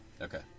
Okay